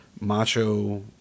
macho